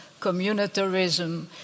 communitarism